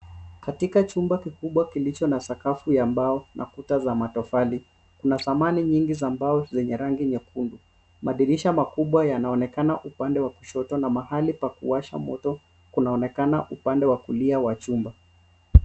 Katika chumba kikubwa kilicho na sakafu ya mbao na kuta za matofali kuna samani nyingi za mbao zenye rangi nyekundu, madirisha makubwa yanaonekana upande wa kushoto na mahali pa kuwasha moto kunaonekana upande wa kulia wa chumba.